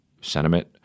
sentiment